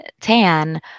tan